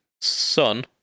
son